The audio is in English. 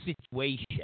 situation